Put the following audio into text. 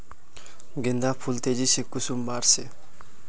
गेंदा फुल तेजी से कुंसम बार से?